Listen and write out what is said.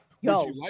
yo